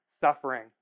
suffering